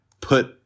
put